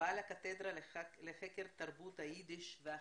ובעל קתדרה לחקר תרבות היידיש והחסידות.